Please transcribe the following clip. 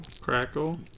Crackle